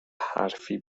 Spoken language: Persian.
حرفی